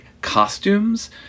costumes